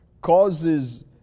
causes